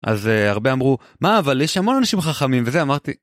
אז הרבה אמרו, מה אבל יש המון אנשים חכמים וזה אמרתי.